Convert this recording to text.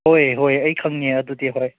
ꯍꯣꯏ ꯍꯣꯏ ꯑꯩ ꯈꯪꯉꯦ ꯑꯗꯨꯗꯤ ꯍꯣꯏ